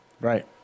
right